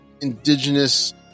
indigenous